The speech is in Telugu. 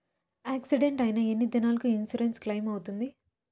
యాక్సిడెంట్ అయిన ఎన్ని దినాలకు ఇన్సూరెన్సు క్లెయిమ్ అవుతుంది?